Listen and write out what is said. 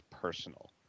personal